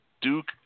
Duke